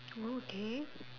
okay